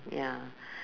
ya